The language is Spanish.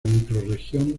microrregión